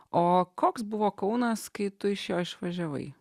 o koks buvo kaunas kai tu iš jo išvažiavai